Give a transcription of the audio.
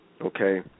okay